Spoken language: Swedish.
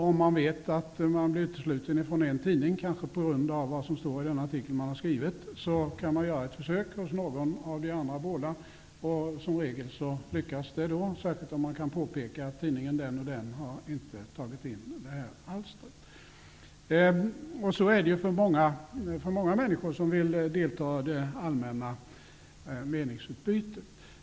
Om man vet att man blir utesluten från en tidning, kanske på grund av det som står i den artikel man har skrivit, kan man göra ett försök hos någon av de andra. Som regel lyckas det, särskilt om man kan påpeka att den och den tidningen inte har tagit in det här alstret. Så är det ju för många människor som vill delta i det allmänna meningsutbytet.